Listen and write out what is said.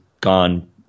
gone